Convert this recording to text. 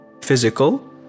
physical